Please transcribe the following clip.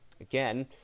again